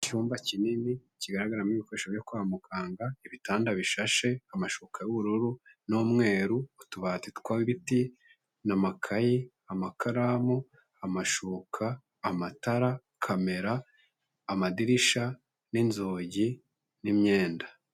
Icyumba kinini kigaragaramo ibikoresho byo kwa muganga, ibitanda bishashe, amashuka y'ubururu n'umweru, utubati tw'ibiti n'amakayi, amakaramu, amashuka, amatara, kamera, amadirisha, n'inzugi n'imyenda.